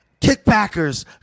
kickbackers